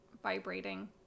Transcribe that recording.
vibrating